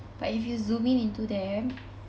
but if you zoom in into them